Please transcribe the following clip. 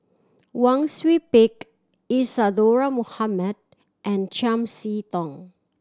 Wang Sui Pick Isadhora Mohamed and Chiam See Tong